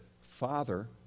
Father